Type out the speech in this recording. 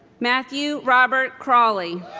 matthew robert crowley